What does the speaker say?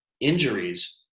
injuries